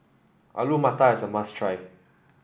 Alu Matar is a must try